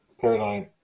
paradigm